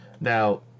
now